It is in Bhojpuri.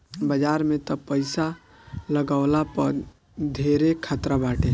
बाजार में तअ पईसा लगवला पअ धेरे खतरा बाटे